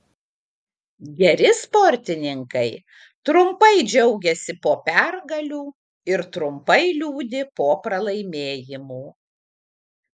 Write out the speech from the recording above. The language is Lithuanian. geri sportininkai trumpai džiaugiasi po pergalių ir trumpai liūdi po pralaimėjimų